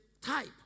type